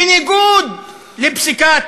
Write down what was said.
בניגוד לפסיקת